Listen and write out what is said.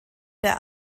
der